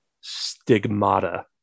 stigmata